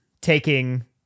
taking